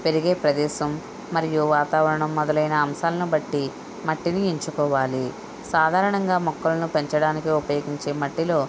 పెరిగే ప్రదేశం మరియు వాతావరణం మొదలైన అంశాలను బట్టి మట్టిని ఎంచుకోవాలి సాధారణంగా మొక్కలను పెంచడానికి ఉపయోగించే మట్టిలో